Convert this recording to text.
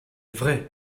vrai